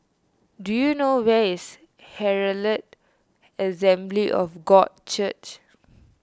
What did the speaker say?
do you know where is Herald Assembly of God Church